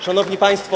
Szanowni Państwo!